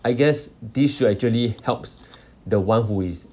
I guess this should actually helps the one who is